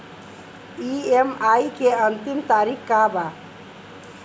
EMI के अंतिम तारीख का बा?